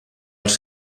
als